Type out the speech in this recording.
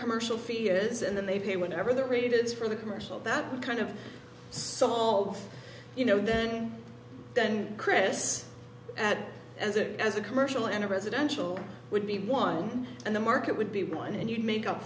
commercial fee is and then they pay whatever they're rated for the commercial that kind of solve you know then then chris at as a as a commercial and residential would be one and the market would be one and you could make up